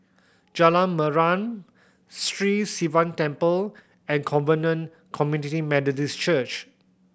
Jalan Mariam Sri Sivan Temple and Covenant Community Methodist Church